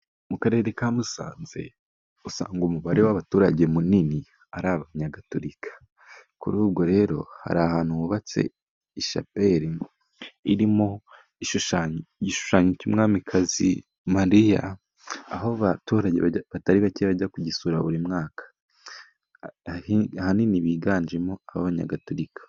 Mu karere ka Musanze usanga umubare w'abaturage munini ari abanyagatolika. Kuri ubwo rero hari ahantu hubatse ishapeli irimo igishushanyo cy'umwamikazi Mariya aho abaturage batari bake bajya kugisura buri mwaka , ahanini biganjemo abanyagatolika.